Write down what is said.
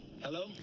Hello